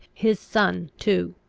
his son, too,